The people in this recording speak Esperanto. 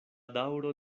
daŭro